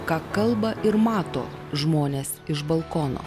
ką kalba ir mato žmones iš balkono